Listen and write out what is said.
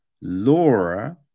Laura